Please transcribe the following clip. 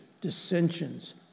dissensions